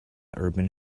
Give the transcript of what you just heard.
urban